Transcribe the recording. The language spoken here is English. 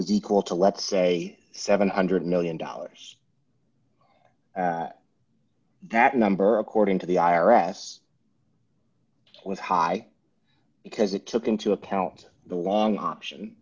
was equal to let's say seven hundred million dollars that number according to the i r s was high because it took into account the long option